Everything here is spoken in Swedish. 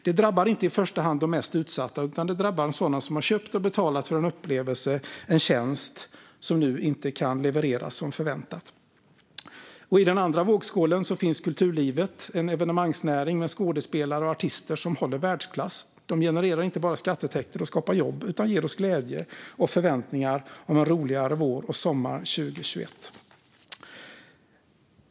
Det drabbar inte i första hand de mest utsatta, utan det drabbar sådana som har köpt och betalat för en upplevelse eller tjänst som nu inte kan levereras som förväntat. I den andra vågskålen finns kulturlivet - en evenemangsnäring med skådespelare och artister som håller världsklass. De genererar inte bara skatteintäkter och skapar jobb utan ger oss även glädje och förväntningar om en roligare vår och sommar 2021.